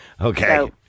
Okay